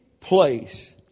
place